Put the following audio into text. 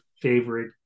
favorite